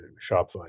Shopify